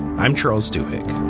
i'm charles doing.